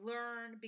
Learn